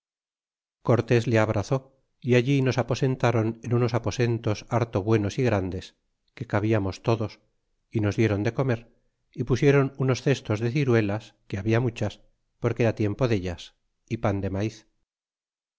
cortés le abrazó y allí nos aposentáron en unos aposentos harto buenos y grandes que cabiamos todos y nos dieron de comer y pusiéron unos cestos de ciruelas que habla muchas porque era tiein po dellas y pan de maiz